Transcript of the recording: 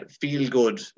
feel-good